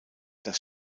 das